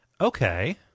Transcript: Okay